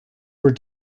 were